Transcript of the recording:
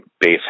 base